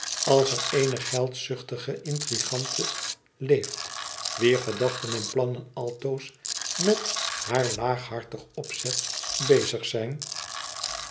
als er ééne geldzuchtige intrigante leeft wier gedachten en plannen altoos met haar laaghartig opzet bezig zijn